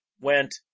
went